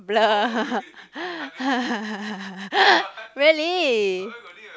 blur really